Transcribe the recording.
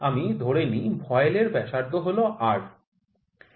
আমি ধরেনি ভয়েল এর ব্যাসার্ধটি হল R